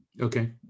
okay